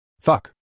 Fuck